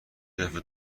یدفعه